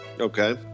Okay